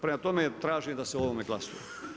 Prema tome, tražim da se o ovome glasuje.